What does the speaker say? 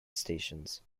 stations